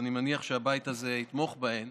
ואני מניח שהבית הזה יתמוך בהן.